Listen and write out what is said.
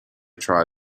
try